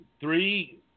three